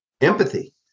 Empathy